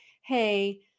hey